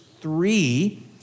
three